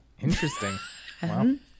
Interesting